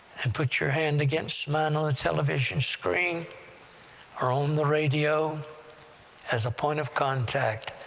and put your hand against mine on the television screen or on the radio as a point of contact.